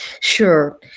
Sure